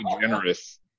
generous